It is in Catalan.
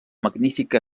magnífica